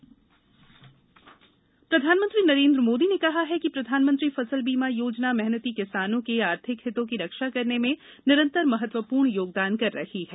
PM फसल बीमा प्रधानमंत्री नरेन्द्र मोदी ने कहा है कि प्रधानमंत्री फसल बीमा योजना मेहनती किसानों के आर्थिक हितों की रक्षा करने में निरंतर महत्वसपूर्ण योगदान कर रही है